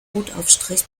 brotaufstrich